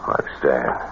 understand